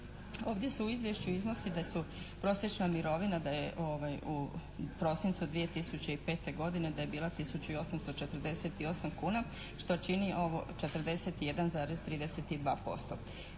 Ovdje se u izvješću iznosi da su prosječna mirovina da je u prosincu 2005. godine da je bila tisuću 848 kuna, što čini ovo 41,32%.